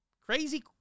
crazy